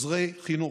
עוזרי חינוך,